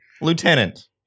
Lieutenant